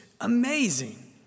amazing